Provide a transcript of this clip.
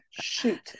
Shoot